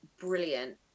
brilliant